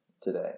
today